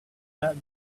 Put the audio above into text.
that